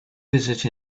visit